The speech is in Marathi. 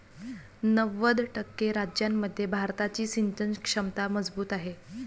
नव्वद टक्के राज्यांमध्ये भारताची सिंचन क्षमता मजबूत आहे